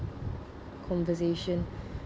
conversation